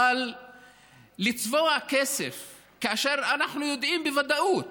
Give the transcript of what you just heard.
אבל לצבוע כסף כאשר אנחנו יודעים בוודאות